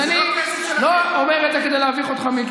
אז אני לא אומר את זה כדי להביך אותך, מיקי.